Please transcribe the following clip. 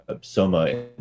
Soma